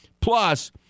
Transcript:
Plus